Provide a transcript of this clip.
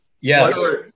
Yes